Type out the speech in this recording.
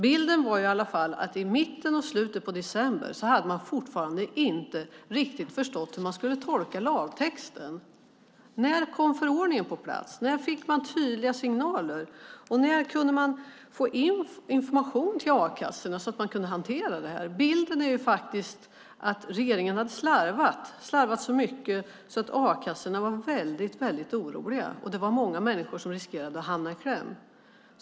Bilden var i alla fall att de i mitten på och slutet av december fortfarande inte riktigt hade förstått hur lagtexten ska tolkas. När kom förordningen på plats? När fick de tydliga signaler? När kunde a-kassorna få information så att de kunde hantera detta? Bilden är att regeringen har slarvat så mycket att a-kassorna har varit väldigt oroliga och många människor har riskerat att hamna i kläm.